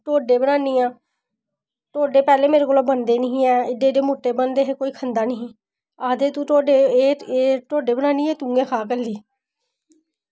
टोड्डे बनानी आं टोड्डे पैह्लें मेरे कोला बनदे निं ऐ हे एह्ड्डे एह्ड्डे मुट्टे बनदे हे कोई खंदा निं ऐही आक्खदे तू टोड्डे एह् टोड्डे बनानी आं तुऐं खाऽ कल्ली